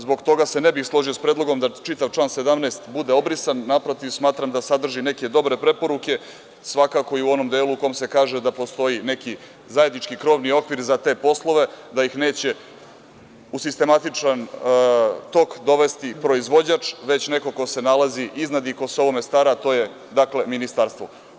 Zbog toga se ne bih složio s predlogom da čitav član 17. bude obrisan, naprotiv smatram da sadrži neke dobre preporuke, svakako i u onom delu u kojem se kaže da postoji neki zajednički krovni okvir za te poslove, da ih neće u sistematičan tok dovesti proizvođač, već neko ko se nalazi iznad i ko se o ovome stara, a to je ministarstvo.